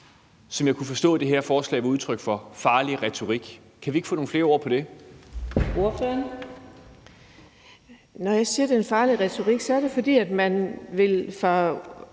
som jeg kunne forstå det her forslag er udtryk for. Farlig retorik – kan vi ikke få nogle flere ord på det?